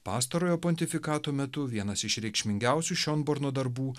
pastarojo pontifikato metu vienas iš reikšmingiausių šionborno darbų